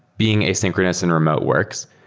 being asynchronous and remote works.